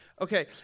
Okay